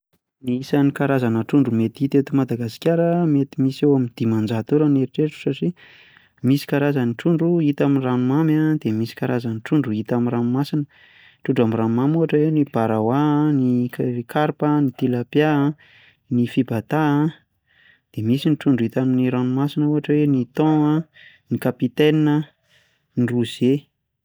Ny isan'ny karazana trondro mety hita eto Madagasikara mety misy eo am'dimanjato eo raha ny eritreritro satria misy karazany trondro hita am'ranomamy a de misy karazany trondro hita am'ranomasina. Trondro am'ranomamy ohatra hoe ny baraoa, ny k- karpa, ny tilapia, ny fibata. De misy ny trondro hita amin'ny ranomasina ohatra hoe ny thon a, ny capitaine, ny rouget.